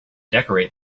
decorate